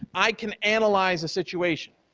i can analyze a situation,